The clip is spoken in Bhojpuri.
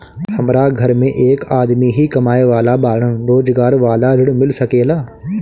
हमरा घर में एक आदमी ही कमाए वाला बाड़न रोजगार वाला ऋण मिल सके ला?